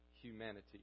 Humanity